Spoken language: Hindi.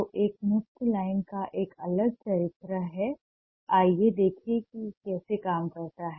तो एक मुफ्त लाइन का एक अलग चरित्र है आइए देखें कि यह कैसे काम करता है